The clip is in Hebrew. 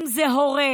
אם זה הורה,